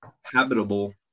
habitable